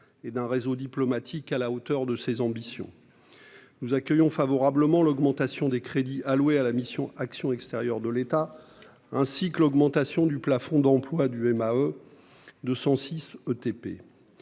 et d'un réseau diplomatique à la hauteur de ces ambitions. Nous accueillons favorablement l'augmentation des crédits alloués à la mission « Action extérieure de l'État », ainsi que le relèvement de 106 ETP du plafond d'emplois du ministère de